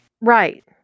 right